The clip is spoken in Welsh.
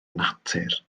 natur